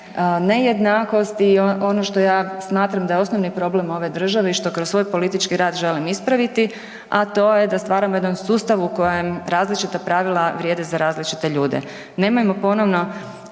nejednakost i ono što ja smatram da je osnovni problem ove države i što kroz svoj politički rad želim ispraviti, a to je da stvaramo jedan sustav u kojem različita pravila vrijede za različite ljude. Nemojmo ponovno